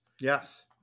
Yes